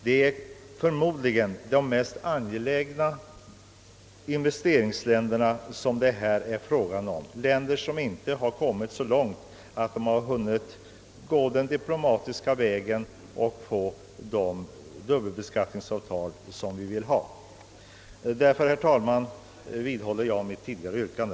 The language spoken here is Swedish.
Det är troligen här fråga om de länder där det är mest angeläget att investera och där man inte kommit så långt att man hunnit gå den diplomatiska vägen och få till stånd de dubbelbeskattningsavtal vi skulle vilja ha. Därför, herr talman, vidhåller jag mitt tidigare yrkande.